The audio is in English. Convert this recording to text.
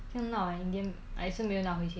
很像很好 eh in the end 还是没有拿回钱